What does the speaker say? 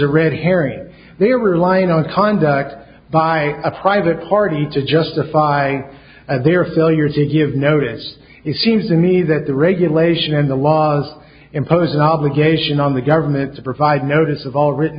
a red herring they are relying on conduct by a private party to justify their failure to give notice it seems to me that the regulation and the laws impose an obligation on the government to provide notice of all written